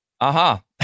Aha